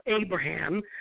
Abraham